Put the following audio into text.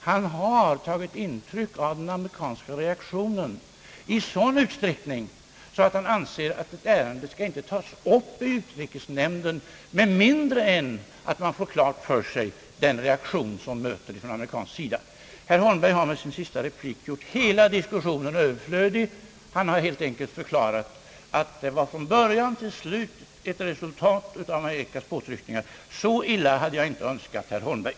Han har tagit intryck av den amerikanska reaktionen i sådan utsträckning, att han anser att ett ärende inte skall tas upp i utrikesnämnden med mindre än att man har klart för sig den reaktion som möter från amerikansk sida. Herr Holmberg har med sin sista replik gjort hela diskussionen överflödig. Han har helt enkelt förklarat, att den från början till slut är ett resultat av Amerikas påtryckningar. Så illa hade jag inte önskat herr Holmberg!